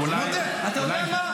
--- אולי הוא השתכנע.